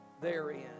therein